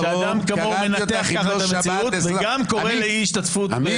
אני קורא אותך לסדר פעם